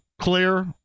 clear